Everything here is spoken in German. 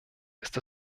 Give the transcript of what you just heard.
ist